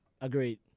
agreed